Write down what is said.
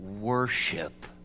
worship